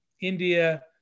India